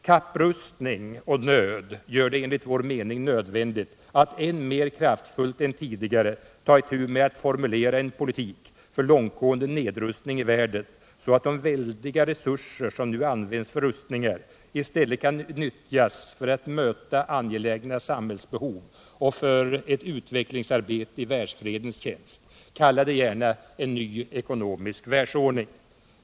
Kapprustning och nöd gör det enligt vår mening nödvändigt att än mer kraftfullt än tidigare ta itu med att formulera en politik för långtgående nedrustning i världen, så att de väldiga resurser som nu används för rustningar i stället kan utnyttjas för att möta angelägna samhällsbehov och för ett utvecklingsarbete i världsfredens tjänst. Kalla det gärna en ny ekonomisk världsordning.